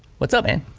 what's up man?